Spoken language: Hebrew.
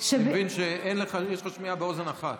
אני מבין שיש לך שמיעה באוזן אחת.